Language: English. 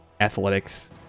athletics